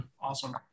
Awesome